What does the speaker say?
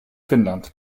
finnland